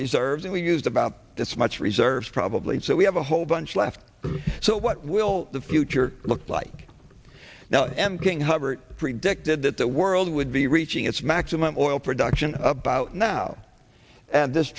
reserves and we used about this much reserves probably so we have a whole bunch left so what will the future look like now emptying hover predicted that the world would be reaching its maximum oil production about now and this